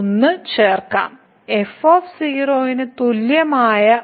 നമുക്ക് മറുവശത്തേക്ക് പോകാം മാത്രമല്ല ഇത് ഇവിടെ വലതുവശത്ത് ചേർക്കേണ്ടതുണ്ട്